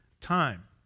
time